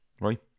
right